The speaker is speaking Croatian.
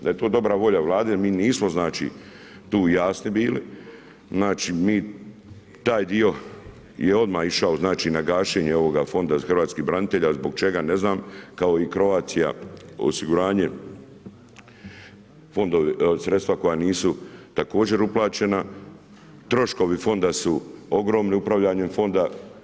Da je to dobra volja vlade i mi nismo tu jasni bili, mi taj dio je odmah išao znači na gašenje ovoga fonda za hrvatskih branitelja, zbog čega ne znam, kao i Croatia osiguranje, sredstva koja nisu također uplaćena, troškovi fonda su ogromni upravljanjem fonda.